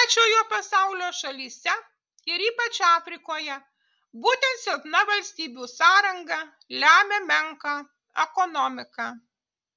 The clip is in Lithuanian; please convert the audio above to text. trečiojo pasaulio šalyse ir ypač afrikoje būtent silpna valstybių sąranga lemia menką ekonomiką